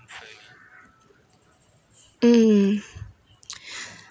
mm